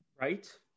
right